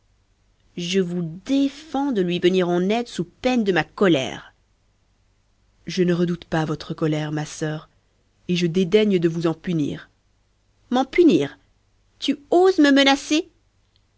je vous défends de lui venir en aide sous peine de ma colère je ne redoute pas votre colère ma soeur et je dédaigne de vous en punir m'en punir tu oses me menacer